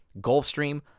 Gulfstream